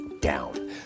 down